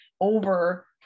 over